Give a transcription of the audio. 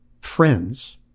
friends